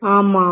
ஆமாம்